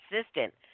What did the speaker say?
assistant